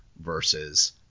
versus